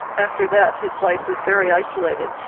after that his life was very isolated.